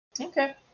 Okay